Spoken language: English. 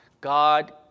God